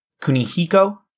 Kunihiko